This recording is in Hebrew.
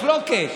מחלוקת.